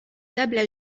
tables